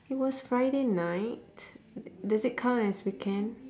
it was friday night does it count as weekend